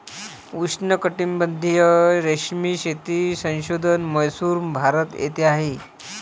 उष्णकटिबंधीय रेशीम शेती संशोधन म्हैसूर, भारत येथे आहे